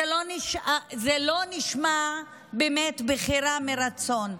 זה לא נשמע באמת בחירה מרצון.